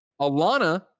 Alana